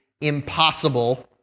impossible